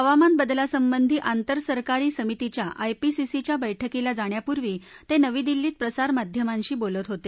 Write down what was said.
हवामान बदलासंबंधी आंतर सरकारी समितीच्या आय पी सी सीच्या बैठकीला जाण्यापूर्वी तत्तिवी दिल्लीत प्रसारमाध्यमांशी बोलत होत